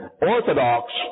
Orthodox